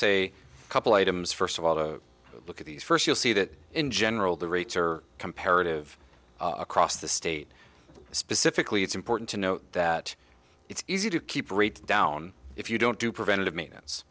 say a couple items first of all to look at these first you'll see that in general the rates are comparative across the state specifically it's important to know that it's easy to keep rates down if you don't do preventative maintenance